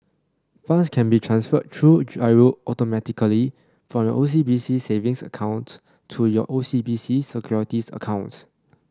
funds can be transferred through G I R O automatically from your O C B C Savings account to your O C B C Securities account